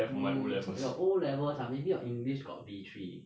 mm your O levels ah maybe your english got B three